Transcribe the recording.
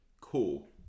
cool